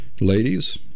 Ladies